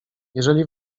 jeżeli